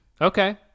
okay